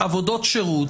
עבודות שירות,